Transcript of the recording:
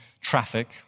traffic